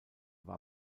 war